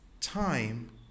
time